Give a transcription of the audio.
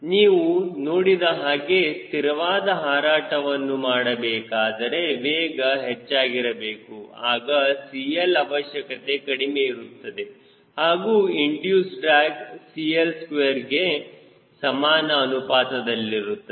ನೀವು ನೋಡಿದ ಹಾಗೆ ಸ್ಥಿರವಾದ ಹಾರಾಟವನ್ನು ಮಾಡಬೇಕಾದರೆ ವೇಗ ಹೆಚ್ಚಾಗಿರಬೇಕು ಆಗ CL ಅವಶ್ಯಕತೆ ಕಡಿಮೆ ಇರುತ್ತದೆ ಹಾಗೂ ಇಂಡಿಯೂಸ್ ಡ್ರ್ಯಾಗ್ CL 2 ಗೆ ಸಮಾನ ಅನುಪಾತದಲ್ಲಿರುತ್ತದೆ